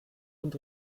und